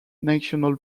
national